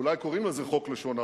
אולי קוראים לזה חוק לשון הרע.